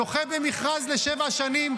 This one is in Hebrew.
זוכה במכרז לשבע שנים,